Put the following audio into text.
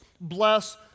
bless